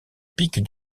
pic